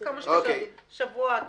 תוך שבוע.